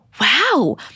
wow